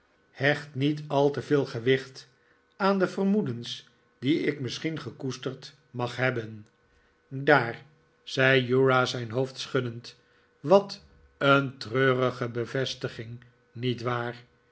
hecht niet al te veel gewicht aan de vermoedens die ik misschien gekoesterd mag hebben daar zei uriah zijn hoofd schuddend wat een treurige bevestiging niet waar